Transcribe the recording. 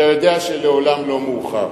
אתה יודע שלעולם לא מאוחר.